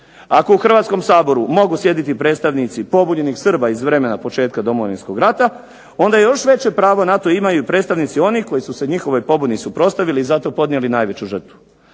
Ako u Hrvatskom saboru mogu sjediti predstavnici pobunjenih Srba iz vremena početka Domovinskog rata onda još veće pravo na to imaju predstavnici onih koji su se njihovoj pobuni suprotstavili i zato podnijeli najveću žrtvu.